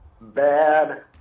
bad